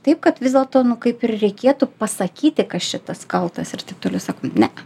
taip kad vis dėlto kaip ir reikėtų pasakyti kas čia tas kaltas ir taip toliau jis sako nea